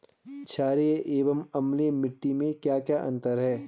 छारीय एवं अम्लीय मिट्टी में क्या क्या अंतर हैं?